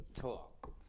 talk